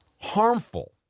harmful